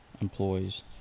employees